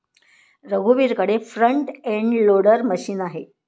रघुवीरकडे front end loader machine आहे